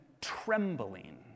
trembling